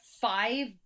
five